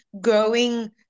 growing